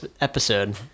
episode